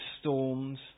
storms